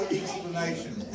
explanation